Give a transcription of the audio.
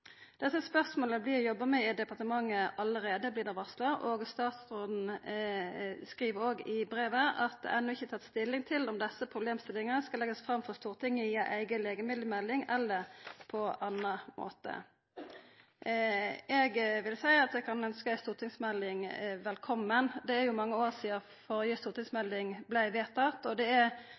Desse spørsmåla blir det jobba med i departementet allereie, blir det varsla, og statsråden skriv òg i brevet at det enno ikkje er tatt stilling til om desse problemstillingane skal bli lagde fram for Stortinget i ei eiga legemiddelmelding eller på annan måte. Eg vil seia at eg kan ønskja ei stortingsmelding velkommen. Det er mange år sidan førre stortingsmelding blei vedtatt, og det er